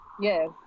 yes